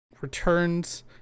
returns